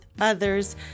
others